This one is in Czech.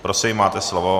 Prosím, máte slovo.